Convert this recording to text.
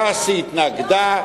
ש"ס התנגדה,